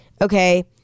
Okay